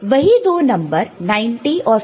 वही दो नंबर 90 और 50